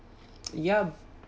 yup